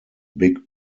big